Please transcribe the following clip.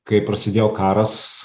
kai prasidėjo karas